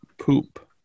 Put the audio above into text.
Poop